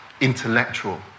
intellectual